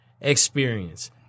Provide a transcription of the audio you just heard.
experience